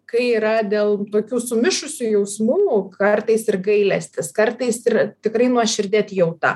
kai yra dėl tokių sumišusių jausmų kartais ir gailestis kartais ir tikrai nuoširdi atjauta